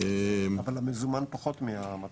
אבל המזומן פחות מהמטרה?